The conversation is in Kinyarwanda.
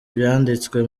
byanditswe